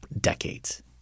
decades